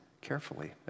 carefully